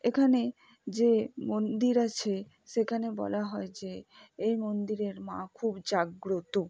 এখানে যে মন্দির আছে সেখানে বলা হয় যে এই মন্দিরের মা খুব জাগ্রত